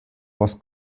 was